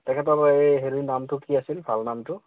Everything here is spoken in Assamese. তেখেতৰ এই হেৰিৰ নামটো কি আছিল ভাল নামটো